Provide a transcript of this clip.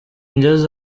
ngeze